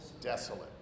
desolate